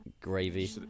gravy